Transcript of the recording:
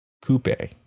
coupe